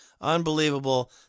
Unbelievable